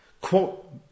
quote